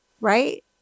right